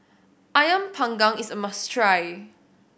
Ayam Panggang is a must try